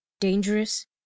dangerous